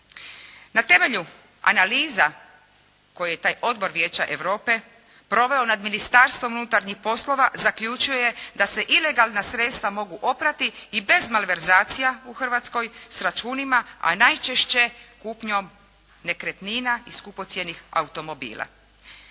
Na temelju analiza koje je taj odbor Vijeća Europe proveo nad Ministarstvom unutarnjih poslova, zaključio je da se ilegalna sredstva mogu oprati i bez malverzacija u Hrvatskoj s računima, a najčešće kupnjom nekretnina i skupocjenih automobila.